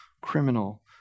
criminal